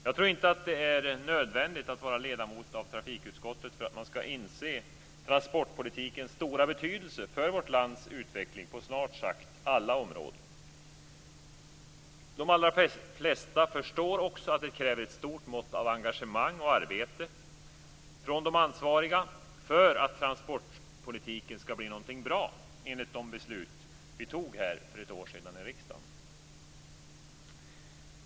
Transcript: Jag tror inte att det är nödvändigt att vara ledamot av trafikutskottet för att man skall inse transportpolitikens stora betydelse för vårt lands utveckling på snart sagt alla områden. De allra flesta förstår också att det kräver ett stort mått av engagemang och arbete från de ansvariga för att transportpolitiken skall bli något bra i enlighet de beslut vi fattade för ett år sedan i riksdagen.